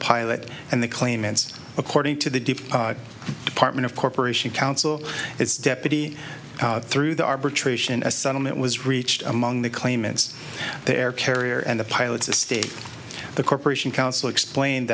pilot and the claimants according to the department of corporation counsel its deputy through the arbitration a settlement was reached among the claimants the air carrier and the pilot's estate the corporation council explained